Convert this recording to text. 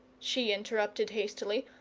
she interrupted hastily.